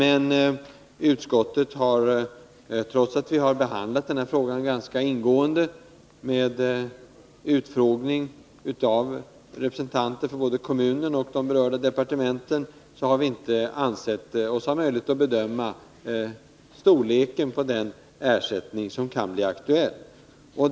I utskottet har vi emellertid, trots att vi har behandlat den här frågan ganska ingående med utfrågning av representanter för både kommunen och de berörda departementen, inte ansett oss ha möjlighet att bedöma storleken av den ersättning som kan bli aktuell.